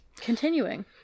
Continuing